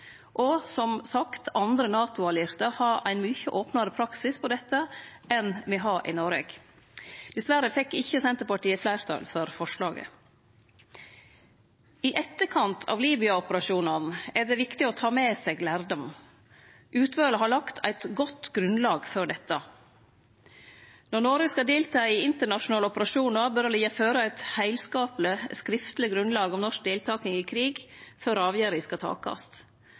har som sagt ein mykje opnare praksis på dette enn me har i Noreg. Dessverre fekk ikkje Senterpartiet fleirtal for forslaget. I etterkant av Libya-operasjonane er det viktig å ta med seg lærdom. Utvalet har lagt eit godt grunnlag for dette. Når Noreg skal delta i internasjonale operasjoner, bør det liggje føre eit heilskapleg, skriftleg grunnlag om norsk deltaking i krig før avgjerda skal takast.